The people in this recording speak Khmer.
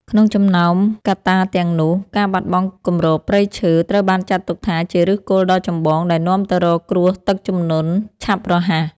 ក្នុងចំណោមកត្តាទាំងនោះ ការបាត់បង់គម្របព្រៃឈើត្រូវបានចាត់ទុកថាជាឫសគល់ដ៏ចម្បងដែលនាំទៅរកគ្រោះទឹកជំនន់ឆាប់រហ័ស។